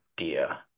idea